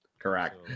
Correct